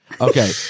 Okay